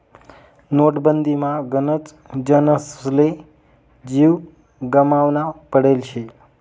नोटबंदीमा गनच जनसले जीव गमावना पडेल शे